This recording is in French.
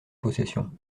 possession